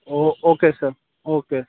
O okay sir okay